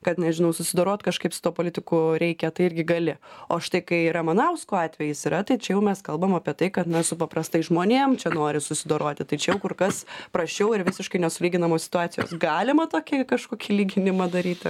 kad nežinau susidorot kažkaip su tuo politiko reikia tai irgi gali o štai kai ramanausko atvejis yra tai čia jau mes kalbam apie tai kad na su paprastais žmonėm čia nori susidoroti tai čia jau kur kas prasčiau ir visiškai nesulyginamos situacijos galima tokį kažkokį lyginimą daryt ar